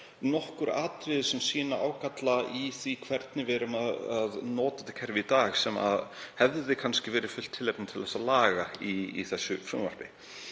nokkur atriði sem sýna galla á því hvernig við notum kerfið í dag, sem hefði kannski verið fullt tilefni til þess að laga í þessu frumvarpi.